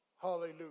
Hallelujah